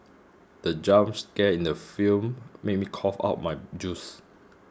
the jump scare in the film made me cough out my juice